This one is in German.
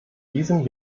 diesem